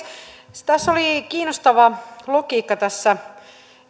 puhemies tässä oli kiinnostava logiikka tässä